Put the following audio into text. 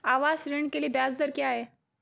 आवास ऋण के लिए ब्याज दर क्या हैं?